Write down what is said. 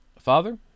Father